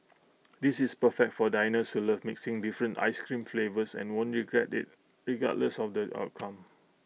this is perfect for diners who love mixing different Ice Cream flavours and won't regret IT regardless of the outcome